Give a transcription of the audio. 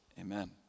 Amen